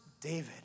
David